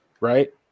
right